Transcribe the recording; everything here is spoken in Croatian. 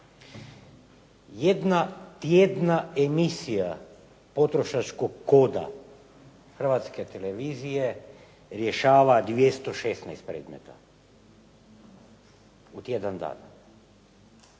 Jedna tjedna emisija potrošačkog koda Hrvatske televizije rješava 216 predmeta. U tjedan dana.